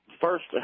First